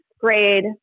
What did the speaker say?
grade